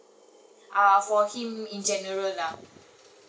ah for him in general lah